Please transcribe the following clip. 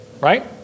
right